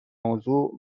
موضوع